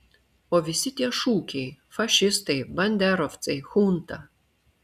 o visi tie šūkiai fašistai banderovcai chunta